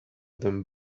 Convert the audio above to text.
them